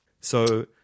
So-